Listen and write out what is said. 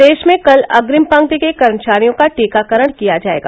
प्रदेश में कल अग्रिम पंक्ति के कर्मचारियों का टीकाकरण किया जाएगा